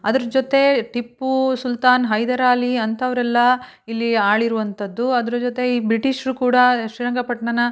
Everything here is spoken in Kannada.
ಅದ್ರ ಜೊತೆಗೆ ಟಿಪ್ಪೂ ಸುಲ್ತಾನ್ ಹೈದರಾಲಿ ಅಂತವ್ರಿಗೆಲ್ಲ ಇಲ್ಲಿ ಆಳಿರುವಂಥದ್ದು ಅದರ ಜೊತೆ ಈ ಬ್ರಿಟಿಷ್ರು ಕೂಡ ಶ್ರೀರಂಗಪಟ್ಣನ